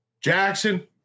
Jackson